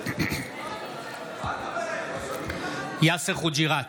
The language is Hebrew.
בעד יאסר חוג'יראת,